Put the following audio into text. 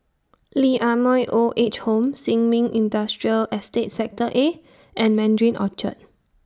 Lee Ah Mooi Old Age Home Sin Ming Industrial Estate Sector A and Mandarin Orchard